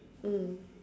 mm